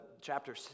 chapter